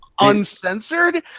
uncensored